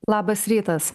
labas rytas